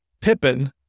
Pippin